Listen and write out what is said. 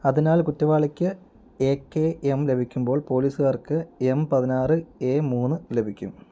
അതിനാൽ കുറ്റവാളിക്ക് A K M ലഭിക്കുമ്പോൾ പോലീസുകാർക്ക് എം പതിനാറ് എ മൂന്ന് ലഭിക്കും